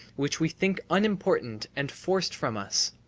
which we think unimportant and forced from us.